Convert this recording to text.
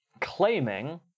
claiming